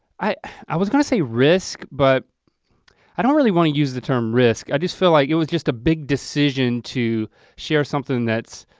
i was gonna say risk but i don't really wanna use the term risk. i just feel like it was just a big decision to share something that's